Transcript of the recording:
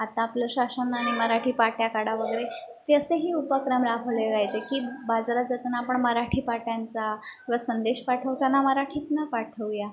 आता आपल्या शासनाने मराठी पाट्या काढा वगैरे ते असेही उपक्रम राबवले जायचे की बाजारात जाताना आपण मराठी पाट्यांचा व संदेश पाठवताना मराठीतनं पाठवूया